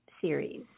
series